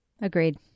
Agreed